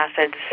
acids